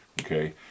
okay